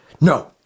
No